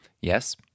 yes